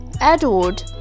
Edward